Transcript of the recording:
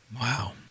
Wow